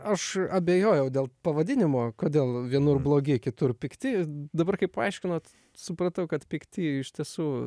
aš abejojau dėl pavadinimo kodėl vienur blogi kitur pikti dabar kai paaiškinot supratau kad pikti iš tiesų